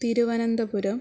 Thiruvananthapuram